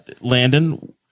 Landon